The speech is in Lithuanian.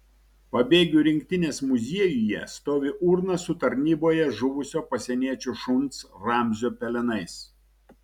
pabėgių rinktinės muziejuje stovi urna su tarnyboje žuvusio pasieniečių šuns ramzio pelenais